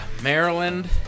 Maryland